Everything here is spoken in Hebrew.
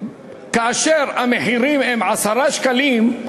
כאשר המחירים הם 10 שקלים,